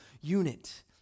unit